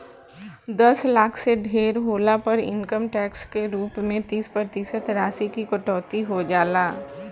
दस लाख से ढेर होला पर इनकम टैक्स के रूप में तीस प्रतिशत राशि की कटौती हो जाला